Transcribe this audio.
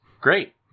Great